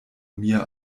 mir